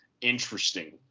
interesting